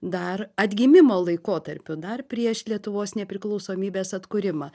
dar atgimimo laikotarpiu dar prieš lietuvos nepriklausomybės atkūrimą